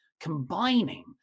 Combining